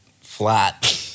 flat